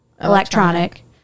electronic